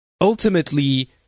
ultimately